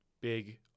big